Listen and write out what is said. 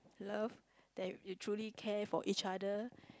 love that it truly care for each other